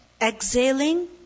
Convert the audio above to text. exhaling